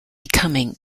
becoming